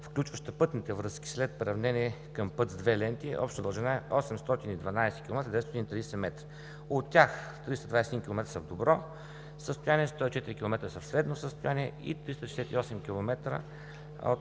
включваща пътните връзки. След приравнение към път с две ленти общата дължина е 820 км 930 м. От тях 321 км са в добро състояние, 104 км – в средно състояние, и 368 км от